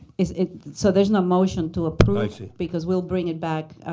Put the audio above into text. is it. so there's no motion to approve, because we'll bring it back.